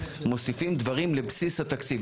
מוסיפים דברים לבסיס התקציב.